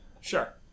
Sure